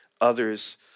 Others